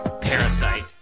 parasite